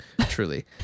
Truly